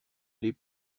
les